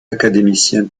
académicien